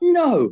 no